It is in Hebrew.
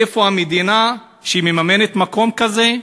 איפה המדינה, שמממנת מקום כזה,